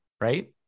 right